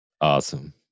Awesome